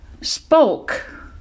spoke